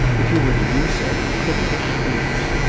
if you were to do so he could not refuse.